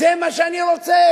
זה מה שאני רוצה,